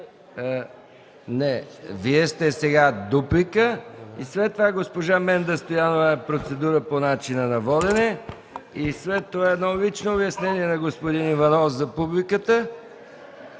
(Реплики.) Сега дуплика, а след това госпожа Менда Стоянова има процедура по начина на водене. След това едно лично обяснение на господин Иванов – за публиката,